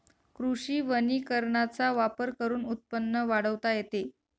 कृषी वनीकरणाचा वापर करून उत्पन्न वाढवता येते